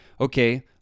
okay